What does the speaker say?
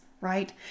right